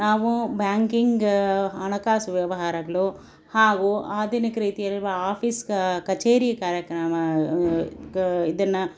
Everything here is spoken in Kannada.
ನಾವು ಬ್ಯಾಂಕಿಂಗ್ ಹಣಕಾಸು ವ್ಯವಹಾರಗಳು ಹಾಗೂ ಆಧುನಿಕ ರೀತಿಯಲ್ಲಿರುವ ಆಫೀಸ್ ಕಚೇರಿ ಕಾರ್ಯಕ್ರಮ ಗ ಇದನ್ನು